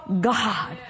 God